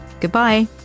Goodbye